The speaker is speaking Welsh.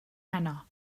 heno